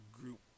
group